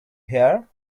hear